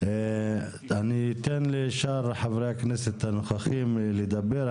אני אתן לשאר חברי הכנסת הנוכחים לדבר.